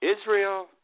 Israel